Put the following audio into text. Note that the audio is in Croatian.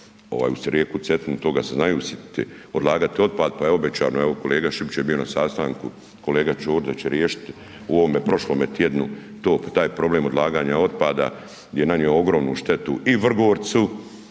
uz rijeku Cetinu, toga se znaju sjetiti odlagati otpad, pa je obećano, evo kolega Šipić je bi na sastanku, kolega .../Govornik se ne razumije./... će riješiti u ovom prošlome tjednu taj problem odlaganja otpada gdje je nanio ogromnu štetu i Vrgorcu